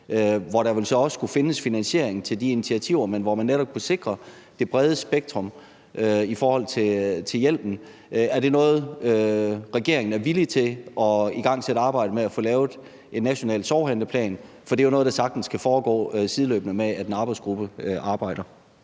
vel så også vil skulle findes finansiering til de initiativer, men hvor man netop kunne sikre det brede spektrum i forhold til hjælpen. Er regeringen villig til at igangsætte arbejdet med at få lavet en national sorghandleplan? For det er jo noget, der sagtens kan foregå, sideløbende med at en arbejdsgruppe arbejder.